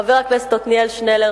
חבר הכנסת עתניאל שנלר,